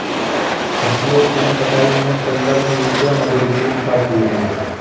फसलों की कटाई में संलग्न युवतियाँ मधुर गीत गाती हैं